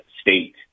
state